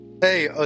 Hey